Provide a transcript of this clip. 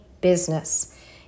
business